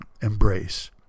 embrace